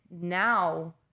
now